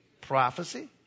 Prophecy